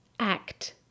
Act